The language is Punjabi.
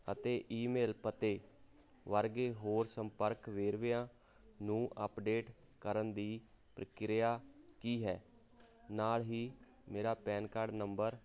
ਅਤੇ ਈਮੇਲ ਪਤੇ ਵਰਗੇ ਹੋਰ ਸੰਪਰਕ ਵੇਰਵਿਆਂ ਨੂੰ ਅਪਡੇਟ ਕਰਨ ਦੀ ਪ੍ਰਕਿਰਿਆ ਕੀ ਹੈ ਨਾਲ ਹੀ ਮੇਰਾ ਪੈਨ ਕਾਰਡ਼ ਨੰਬਰ